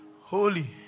holy